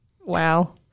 wow